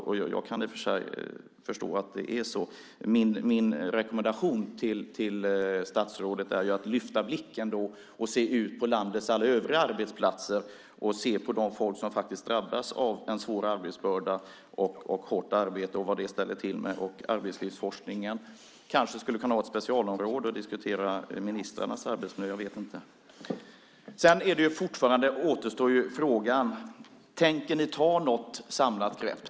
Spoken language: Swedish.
Jag kan i och för sig förstå att det är så. Min rekommendation till statsrådet är att lyfta blicken och se ut på landets alla övriga arbetsplatser, se på dem som faktiskt drabbas av en svår arbetsbörda och hårt arbete och se vad det ställer till med. Arbetslivsforskningen kanske skulle kunna vara ett specialområde för att diskutera ministrarnas arbetsmiljö - jag vet inte. Fortfarande återstår frågan: Tänker ni ta något samlat grepp?